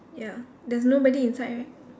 ya there's nobody inside right